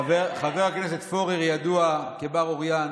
חבר הכנסת פורר ידוע כבר-אוריין,